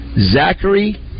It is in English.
Zachary